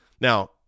now